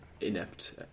inept